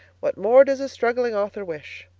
what more does a struggling author wish?